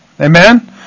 Amen